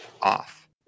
off